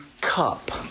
cup